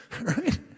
right